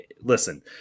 listen